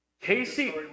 Casey